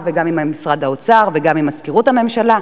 וגם עם משרד האוצר וגם עם מזכירות הממשלה,